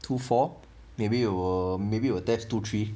two four maybe it will maybe will test two three